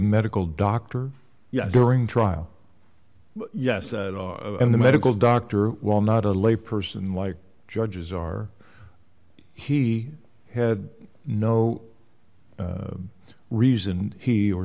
medical doctor yeah during trial yes and the medical doctor while not a layperson like judges are he had no reason he or